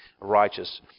righteous